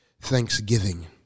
thanksgiving